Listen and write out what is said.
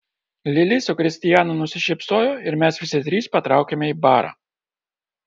lili su kristijanu nusišypsojo ir mes visi trys patraukėme į barą